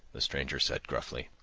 the stranger said gruffly,